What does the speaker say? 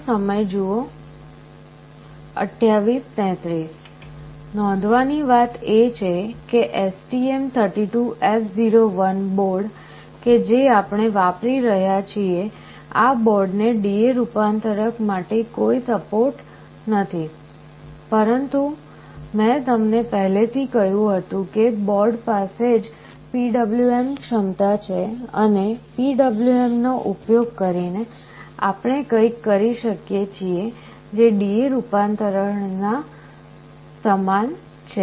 નોંધવાની વાત એ છે કે STM32F01 બોર્ડ કે જે આપણે વાપરી રહ્યા છીએ આ બોર્ડને DA રૂપાંતરક માટે કોઈ સપોર્ટ નથી પરંતુ મેં તમને પહેલેથી કહ્યું હતું કે બોર્ડ પાસે જ PWM ક્ષમતા છે અને PWM નો ઉપયોગ કરીને આપણે કંઈક કરી શકીએ છીએ જે DA રૂપાંતરણ ને સમાન છે